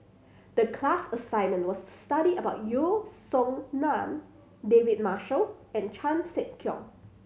the class assignment was to study about Yeo Song Nian David Marshall and Chan Sek Keong